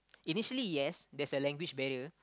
initially yes there's a language barrier